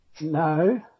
No